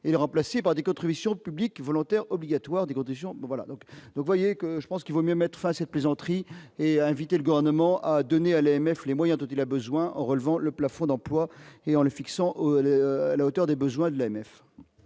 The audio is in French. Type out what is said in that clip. et remplacer par des contributions publiques volontaires obligatoire des conditions voilà donc donc voyez que je pense qu'il vaut mieux mettre face et plaisanteries et a invité le gore ne m'en a donné à l'AMF les moyens dont il a besoin, en relevant le plafond d'emplois et en le fixant à la hauteur des besoins de l'AMF.